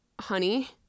honey